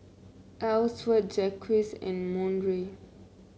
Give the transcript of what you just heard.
Elsworth Jacques and Monroe